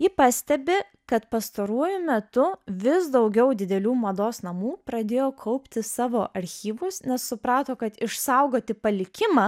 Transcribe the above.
ji pastebi kad pastaruoju metu vis daugiau didelių mados namų pradėjo kaupti savo archyvus nes suprato kad išsaugoti palikimą